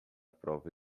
prova